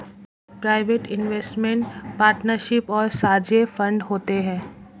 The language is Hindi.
प्राइवेट इन्वेस्टमेंट पार्टनरशिप और साझे फंड होते हैं